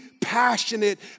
passionate